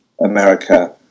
America